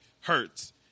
hurts